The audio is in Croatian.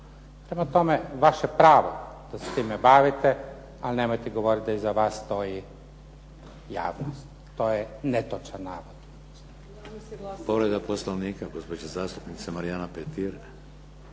Prema tome vaše pravo da se time bavite, ali nemojte govoriti da iza vas stoji javnost. To je netočan navod.